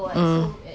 mm